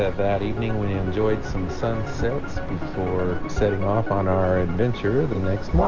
that evening. we enjoyed some sunsets before setting off on our adventure the next one